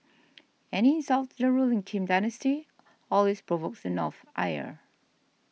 any insult to the ruling Kim dynasty always provokes the North's ire